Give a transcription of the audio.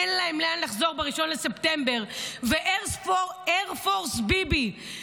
אין להם לאן לחזור ב-1 בספטמבר ו"אייר-פורס ביבי"